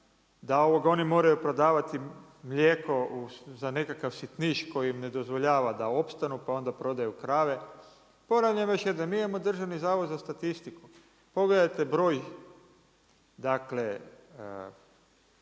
da oni moraju prodavati mlijeko za nekakav sitniš koji im ne dozvoljava da opstanu pa onda prodaju krave. Ponavljam još jednom, mi imamo DZS, pogledajte broj stoke,